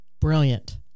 Brilliant